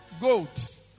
goat